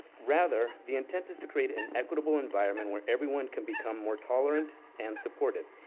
rather, the intent is to create an equitable environment, where everyone can become more tolerant and supportive.